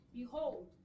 Behold